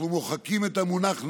אנחנו מוחקים את המונח "נכה"